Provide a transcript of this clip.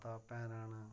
माता भैनां न